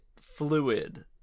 fluid